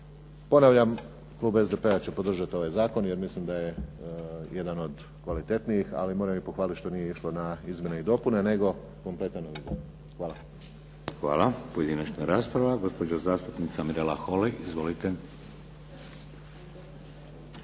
Ponavljam klub SDP-a će podržati ovaj zakon, jer mislim da je jedan od kvalitetnijih ali moram i pohvaliti što nije išlo na izmjene i dopune nego kompletan u izvor. Hvala. **Šeks, Vladimir (HDZ)** Hvala. Pojedinačna rasprava. Gospođa zastupnica Mirela Holy. Izvolite. **Holy,